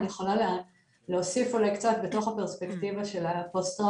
אני יכולה להוסיף אולי קצת בתוך הפרספקטיבה של הפרסונה.